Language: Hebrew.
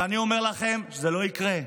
אני אומר לכם שזה לא יקרה.